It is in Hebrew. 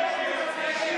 ההצעה